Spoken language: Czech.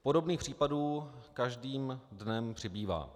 Podobných případů každým dnem přibývá.